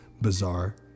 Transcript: bizarre